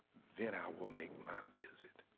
then i will make my visit.